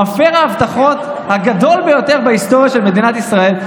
מפר ההבטחות הגדול ביותר בהיסטוריה של מדינת ישראל.